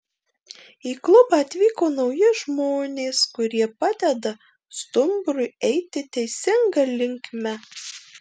į klubą atvyko nauji žmonės kurie padeda stumbrui eiti teisinga linkme